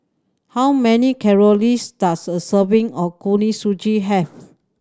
how many does a serving of Kuih Suji have